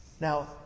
Now